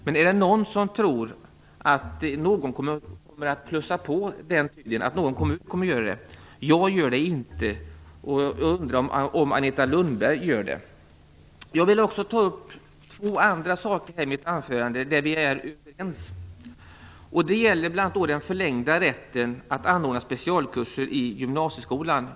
Men är det någon som tror att någon kommun kommer att plussa på ytterligare timmar? Jag gör det inte. Jag undrar om Agneta Lundberg gör det. Jag vill också ta upp två andra saker där vi är överens. Det gäller bl.a. den förlängda rätten att anordna specialkurser i gymnasieskolan.